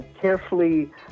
carefully